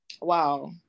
Wow